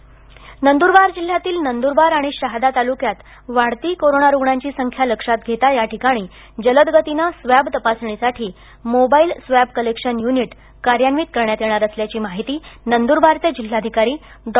नंदरबार नंद्रबार जिल्ह्यातील नंद्रबार आणि शहादा तालुक्यात वाढती कोरोणा रुग्णांची संख्या लक्षात घेता याठिकाणी जलद गतीने स्वॅब तपासणीसाठी मोबाईल स्वॅब कलेक्शन युनिट कार्यन्वीत करण्यात येणार असल्याची माहीती नंदूरबारचे जिल्हाधिकारी डॉ